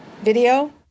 video